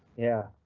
yeah,